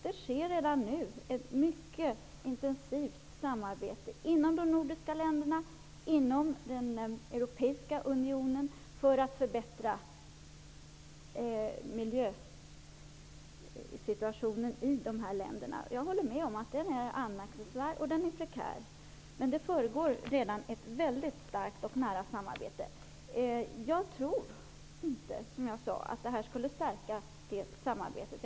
Det sker redan nu mycket intensivt samarbete mellan de nordiska länderna och inom den europeiska unionen för att förbättra miljösituationen i Baltikum. Jag håller med om att den är anmärkningsvärd och prekär. Men det försiggår redan ett nära och väldigt intensivt samarbete. Som jag sade tror jag inte att förslaget skulle stärka det samarbetet.